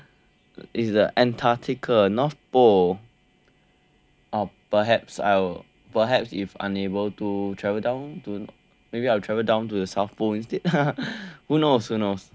it's the antarctica north pole or perhaps I'll perhaps if unable to travel down to maybe I'll travel down to the south pole instead who knows who knows uh only